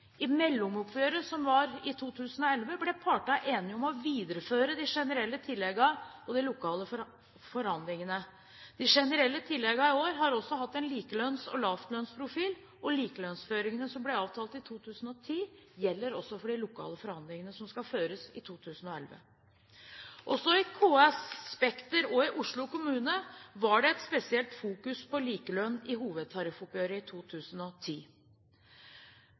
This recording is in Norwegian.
I mellomoppgjøret i 2011 ble partene enige om å videreføre de generelle tilleggene og de lokale forhandlingene. De generelle tilleggene i år har også hatt en likelønns- og lavlønnsprofil, og likelønnsføringene som ble avtalt i 2010, gjelder også for de lokale forhandlingene som skal føres i 2011. Også i KS, Spekter og Oslo kommune var det et spesielt fokus på likelønn i hovedtariffoppgjøret i 2010.